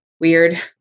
Weird